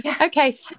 Okay